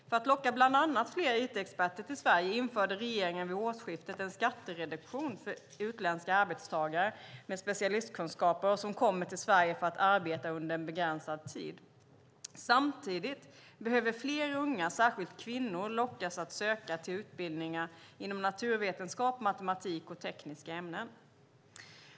För att locka bland annat fler it-experter till Sverige införde regeringen vid årsskiftet en skattereduktion för utländska arbetstagare med specialistkunskaper som kommer till Sverige för att arbeta under en begränsad tid. Samtidigt behöver fler unga, särskilt kvinnor, lockas att söka till utbildningar inom naturvetenskap, matematik och tekniska ämnen.